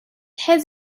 has